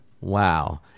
Wow